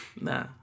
Nah